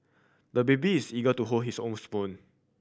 the baby is eager to hold his own spoon